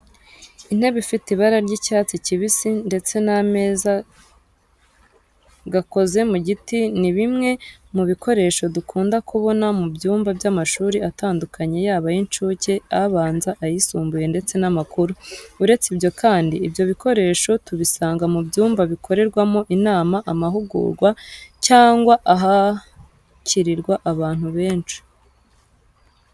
Intebe ifite ibara ry'icyatsi kibisi ndetse n'ameza gakoze mu giti ni bimwe mu bikoresho dukunda kubona mu byumba by'amashuri atandukanye yaba ay'incuke, abanza, ayisumbuye ndetse n'amakuru. Uretse ibyo kandi, ibyo bikoresho tubisanga mu byumba bikorerwamo inama, amahugurwa cyangwa ahakirirwa abantu benshi.